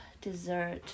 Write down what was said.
dessert